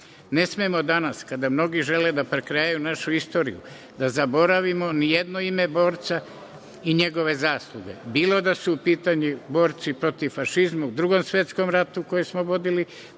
Ne smemo danas kada mnogi žele da prekrajaju našu istoriju, da zaboravimo ni jedno ime borca i njegove zasluge, bilo da su u pitanju borci protiv fašizma u Drugom svetskom ratu koje smo vodili